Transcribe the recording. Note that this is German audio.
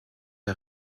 der